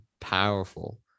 powerful